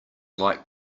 like